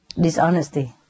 dishonesty